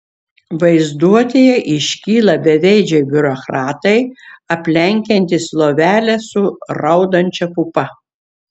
vaizduotėje iškyla beveidžiai biurokratai aplenkiantys lovelę su raudančia pupa